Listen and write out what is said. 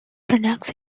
products